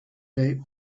date